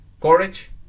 Courage